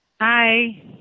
Hi